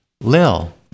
Lil